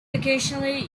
occasionally